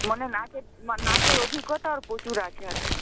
মানে নাচের নাচের অভিজ্ঞতা ওর প্রচুর আছে আর কি